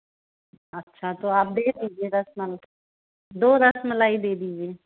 अच्छा तो आप दे दीजिए रसमलाई दो रसमलाई दे दीजिए